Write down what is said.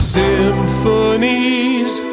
symphonies